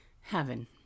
Heaven